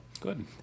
good